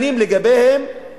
לגביהם ממנים את